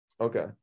okay